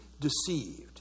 deceived